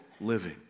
living